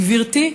גברתי,